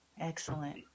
Excellent